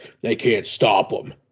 they-can't-stop-them